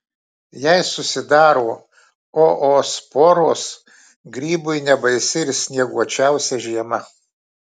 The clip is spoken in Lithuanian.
jei susidaro oosporos grybui nebaisi ir snieguočiausia žiema